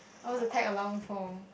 I want to tag along for